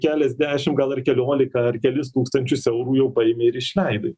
keliasdešim gal ir keliolika ar kelis tūkstančius eurų jau paėmei ir išleidai